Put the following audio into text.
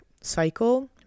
cycle